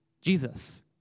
Jesus